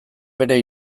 bere